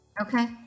Okay